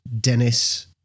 Dennis